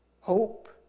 hope